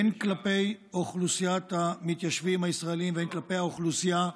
הן כלפי אוכלוסיית המתיישבים הישראלים והן כלפי האוכלוסייה הפלסטינית.